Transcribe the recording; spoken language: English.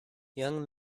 young